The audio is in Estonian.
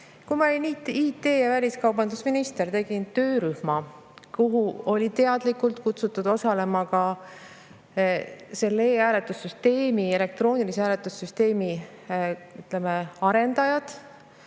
Kui ma olin IT‑ ja väliskaubandusminister, tegin töörühma, kuhu olid teadlikult kutsutud osalema ka selle e‑hääletamise süsteemi, elektroonilise hääletamise süsteemi, ütleme, arendajad,